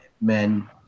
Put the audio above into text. men –